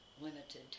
limited